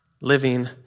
living